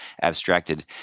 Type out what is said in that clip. abstracted